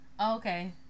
Okay